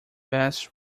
best